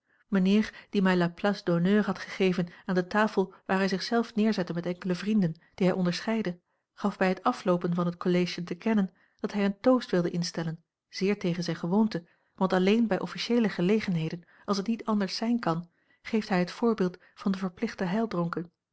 mijnheer die mij la place d'honneur had gegeven aan de tafel waar hij zich zelf neerzette met enkele vrienden die hij onderscheidde gaf bij het afloopen van het collation te kennen dat hij een toost wilde instellen zeer tegen zijne gewoonte want alleen bij officieele gelegenheden als het niet anders zijn kan geeft hij het voorbeeld van de verplichte